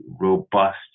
robust